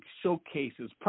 showcases